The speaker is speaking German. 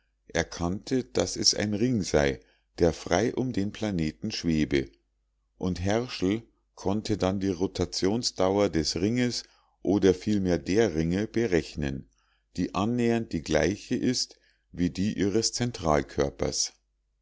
erkannte daß es ein ring sei der frei um den planeten schwebe und herrschel konnte dann die rotationsdauer des ringes oder vielmehr der ringe berechnen die annähernd die gleiche ist wie die ihres